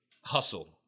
hustle